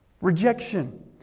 Rejection